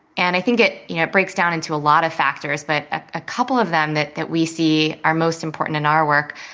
and i think it you know it breaks down into a lot of factors, but a couple of them that that we see are most important in our work